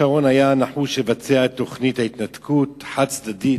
שרון היה נחוש לבצע את תוכנית ההתנתקות חד-צדדית,